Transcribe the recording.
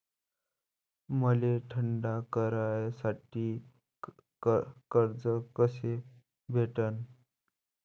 मले धंदा करासाठी कर्ज कस भेटन?